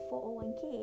401k